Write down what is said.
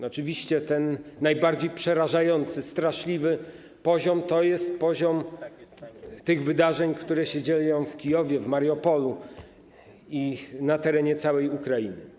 Oczywiście ten najbardziej przerażający, straszliwy poziom to poziom tych wydarzeń, które się dzieją w Kijowie, w Mariupolu i na terenie całej Ukrainy.